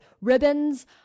ribbons